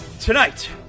tonight